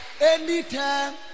anytime